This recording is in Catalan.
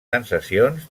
sensacions